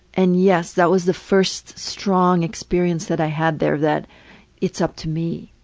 and, yes, that was the first strong experience that i had there that it's up to me.